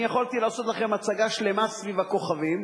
אני יכולתי לעשות לכם הצגה שלמה סביב הכוכבים,